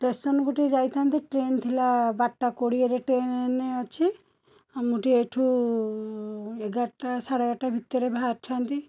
station କୁ ଟିକେ ଯାଇଥାନ୍ତି ଟ୍ରେନ୍ ଥିଲା ବାରଟା କୋଡ଼ିଏରେ ଟେନ୍ ଅଛି ଆଉ ମୁଁ ଟିକିଏ ଏଇଠୁ ଏଗାରଟା ସାଡ଼େଏଗାରଟା ଭିତରେ ବାହାରିଥାନ୍ତି